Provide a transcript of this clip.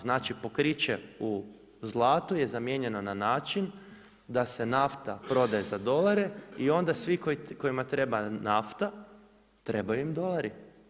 Znači pokriće u zlatu je zamijenjeno na način da se nafta prodaje za dolare i onda svi kojima treba nafta trebaju im dolari.